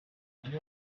you